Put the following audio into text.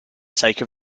sake